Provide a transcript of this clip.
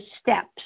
steps